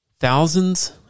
Thousands